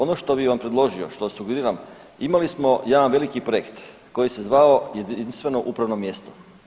Ono što bih vam predložio, što su bili nam, imali smo jedan veliki projekt koji se zvao Jedinstveno upravno mjesto.